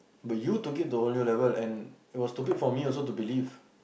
but you took it to a whole new level and it was stupid for me also to believe